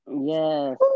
Yes